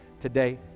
today